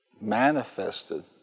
Manifested